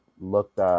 looked